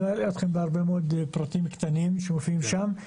לא אלאה אתכם בפרטים הקטנים שמופיעים שם,